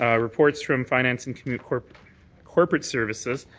ah reports from financing corporate corporate services,